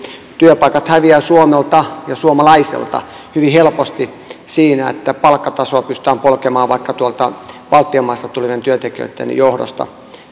työpaikat häviävät suomelta ja suomalaisilta hyvin helposti siinä että palkkatasoa pystytään polkemaan vaikka tuolta baltian maista tulevien työntekijöiden johdosta